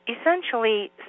essentially